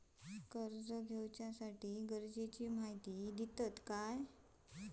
कर्ज घेऊच्याखाती गरजेची माहिती दितात काय?